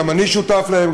גם אני שותף להם,